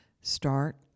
start